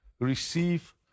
receive